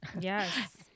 yes